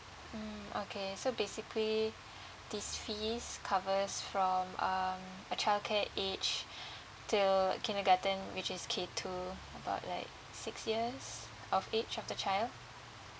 mm okay so basically these fees covers from um a childcare age till kindergarten which is K two about like six years of age of the child